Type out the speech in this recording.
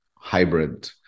hybrid